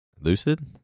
Lucid